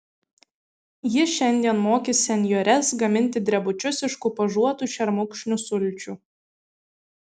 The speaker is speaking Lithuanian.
ji šiandien mokys senjores gaminti drebučius iš kupažuotų šermukšnių sulčių